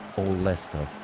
all leicester,